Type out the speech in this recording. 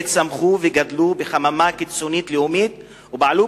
אלה צמחו וגדלו בחממה קיצונית לאומית ופעלו